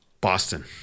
Boston